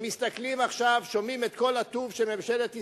שמסתכלים עכשיו, שומעים את כל הטוב שממשלת ישראל,